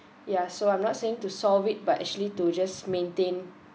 yeah so I'm not saying to solve it but actually to just maintain